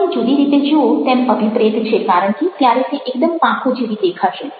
તમે જુદી રીતે જુઓ તેમ અભિપ્રેત છે કારણ કે ત્યારે તે એકદમ પાંખો જેવી દેખાશે